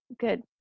Good